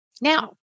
Now